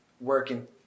working